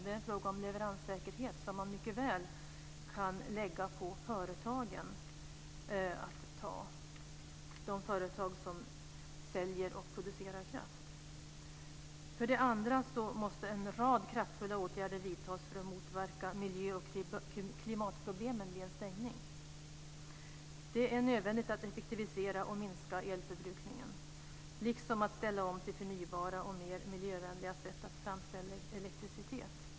Det är en fråga om leveranssäkerhet som man mycket väl kan lägga på de företag som säljer och producerar kraft. Den andra gäller att en rad kraftfulla åtgärder måste vidtas för att motverka miljö och klimatproblemen vid en stängning. Det är nödvändigt att effektivisera och minska elförbrukningen liksom att ställa om till förnybara och mer miljövänliga sätt att framställa elektricitet.